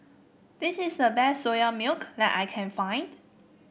this is the best Soya Milk that I can find